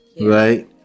right